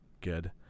Good